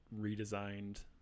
redesigned